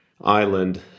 island